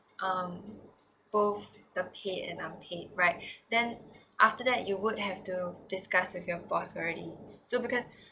um both the paid and unpaid right then after that you would have to discuss with your boss already so because